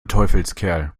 teufelskerl